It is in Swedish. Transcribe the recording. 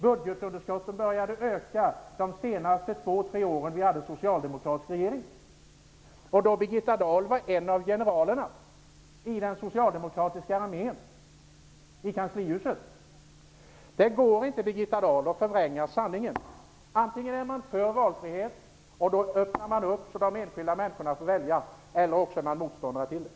Budgetunderskottet började att öka de senaste två tre åren med en socialdemokratisk regering, där Birgitta Dahl var en av generalerna i den socialdemokratiska armén i kanslihuset. Det går inte, Birgitta Dahl, att förvränga sanningen. Antingen är man för valfrihet och då öppnar man upp så att de enskilda människorna får välja, eller också är man moståndare till det.